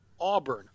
Auburn